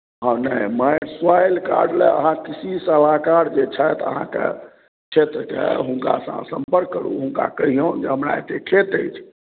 हँ नहि माय सॉइल कार्ड लेल अहाँके कृषि सलाहकार जे छथि अहाँके क्षेत्रके हुनकासँ अहाँ सम्पर्क करू हुनका कहियौन जे हमरा एतेक खेत अछि